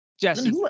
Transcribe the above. Jesse